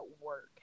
work